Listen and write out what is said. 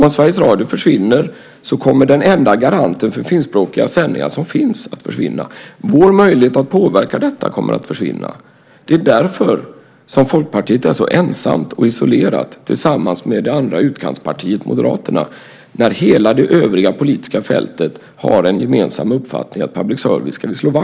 Om Sveriges Radio försvinner så kommer den enda garanten för finskspråkiga sändningar som finns att försvinna. Vår möjlighet att påverka detta kommer att försvinna. Det är därför Folkpartiet är så ensamt och isolerat tillsammans med det andra utkantspartiet, Moderaterna, när hela det hela övriga politiska fältet har en gemensam uppfattning om att vi ska slå vakt om public service .